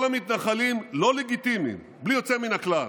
כל המתנחלים לא לגיטימיים, בלי יוצא מן הכלל.